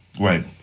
Right